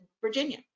Virginia